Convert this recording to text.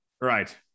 Right